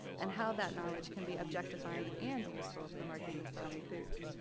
and how that knowledge can be objectifying and useful for marketing sami foods.